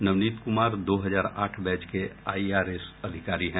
नवनीत कुमार दो हजार आठ बैच के आईआरएस अधिकारी हैं